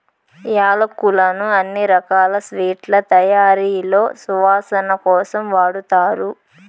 యాలక్కులను అన్ని రకాల స్వీట్ల తయారీలో సువాసన కోసం వాడతారు